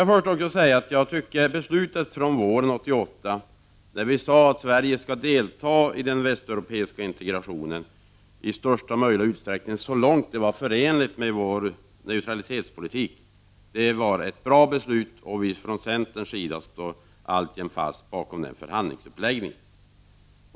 Jag tycker att beslutet från våren 1988, där vi sade att Sverige i största möjliga utsträckning skall delta i den västeuropeiska integrationen, så långt det är förenligt med vår neutralitetspolitik, var bra, och vi står från centerns sida fast vid denna förhandlingsuppläggning.